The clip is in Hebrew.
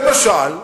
למשל,